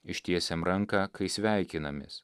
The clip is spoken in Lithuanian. ištiesiam ranką kai sveikinamės